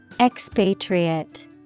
Expatriate